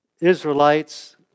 Israelites